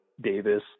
Davis